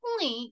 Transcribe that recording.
point